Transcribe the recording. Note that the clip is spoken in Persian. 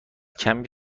کمی